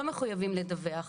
לא מחויבים לדווח ולכן,